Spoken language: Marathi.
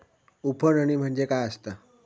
उफणणी म्हणजे काय असतां?